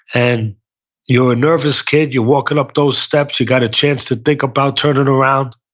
and you're a nervous kid. you're walking up those steps. you got a chance to think about turning around.